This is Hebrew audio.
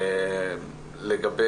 לגבי